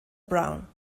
brown